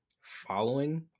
following